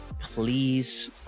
Please